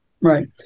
Right